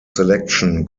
selection